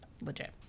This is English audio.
legit